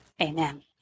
amen